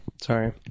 Sorry